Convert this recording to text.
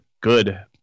good